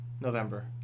November